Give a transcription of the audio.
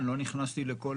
לא נכנסתי לכל